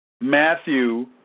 Matthew